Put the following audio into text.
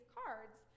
cards